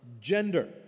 gender